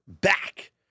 back